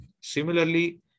Similarly